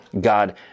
God